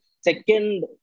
Second